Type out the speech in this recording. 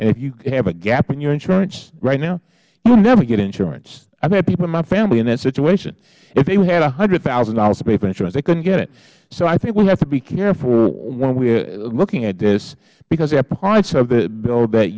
and if you have a gap in your insurance right now you will never get insurance i have had people in my family in that situation if they had one hundred thousand dollars to pay for insurance they couldn't get it so i think we have to be careful when we are looking at this because there are parts of the bill that